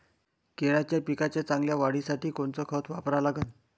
केळाच्या पिकाच्या चांगल्या वाढीसाठी कोनचं खत वापरा लागन?